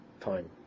time